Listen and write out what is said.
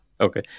Okay